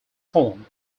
form